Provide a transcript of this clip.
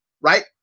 right